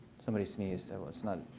somebody sneezed. it was not